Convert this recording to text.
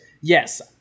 Yes